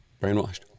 Brainwashed